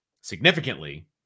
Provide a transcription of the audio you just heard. significantly